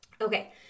Okay